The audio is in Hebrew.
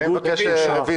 אני מבקש רביזיה.